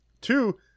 Two